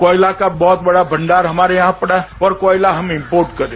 कोयले का बहुत बड़ा भंडार हमारे यहां पड़ा है और कोयला हम इम्पोर्ट करें